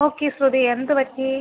okay Shruti എന്ത് പറ്റി